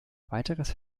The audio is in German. weiteres